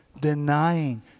denying